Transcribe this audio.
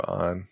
on